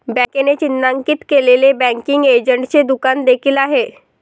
बँकेने चिन्हांकित केलेले बँकिंग एजंटचे दुकान देखील आहे